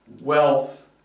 wealth